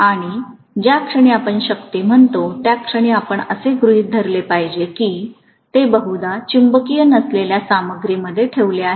आणि ज्या क्षणी आपण शक्ती म्हणतो त्या क्षणी आपण असे गृहित धरले पाहिजे की ते बहुदा चुंबकीय नसलेल्या सामग्रीमध्ये ठेवले आहे